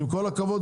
עם כל הכבוד,